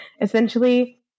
essentially